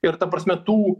ir ta prasme tų